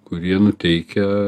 kurie nuteikia